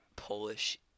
Polish